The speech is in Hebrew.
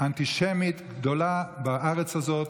אנטישמית גדולה בארץ הזאת,